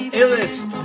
illest